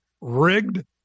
rigged